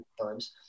times